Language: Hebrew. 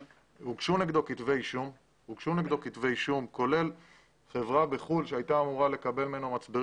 הוגשו נגדו כתבי אישום כולל חברה בחוץ לארץ שהייתה אמורה לקבל ממנו מצברים